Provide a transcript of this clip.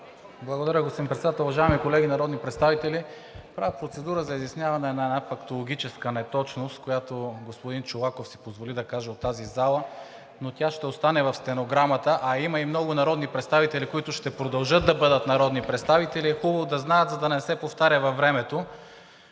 Благодаря, господин Председател. Уважаеми колеги народни представители! Правя процедура за изясняване на една фактологическа неточност, която господин Чолаков си позволи да каже от тази зала, но тя ще остане в стенограмата, а има и много народни представители, които ще продължат да бъдат народни представители, и е хубаво да знаят, за да не се повтаря във времето.